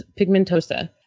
pigmentosa